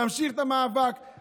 נמשיך את המאבק,